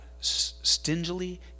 stingily